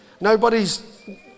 Nobody's